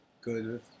good